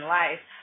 life